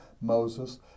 Moses